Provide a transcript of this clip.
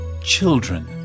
Children